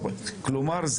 כלומר,